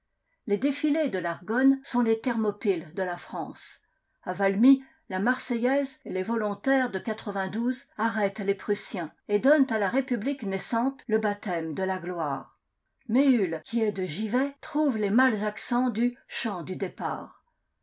les défilés de l'argonne sont les thermopyles de la france a valmy la marseillaise et les volontaires de quatre-vingt-douze arrêtent les prussiens et donnent à la république naissante le baptême de la gloire méhul qui est de givet trouve les mâles accents du chant du départ